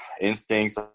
instincts